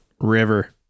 River